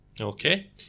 Okay